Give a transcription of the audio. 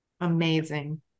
amazing